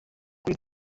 kuri